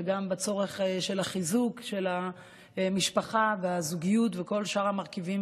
מהצורך של החיזוק של המשפחה והזוגיות וכל שאר המרכיבים,